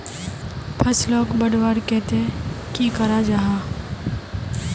फसलोक बढ़वार केते की करा जाहा?